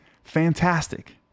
fantastic